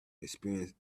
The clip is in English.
experience